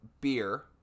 beer